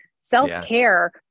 self-care